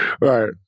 Right